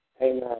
Amen